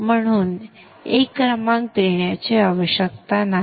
म्हणून एक संदर्भ वेळ 1031 क्रमांक देण्याची आवश्यकता नाही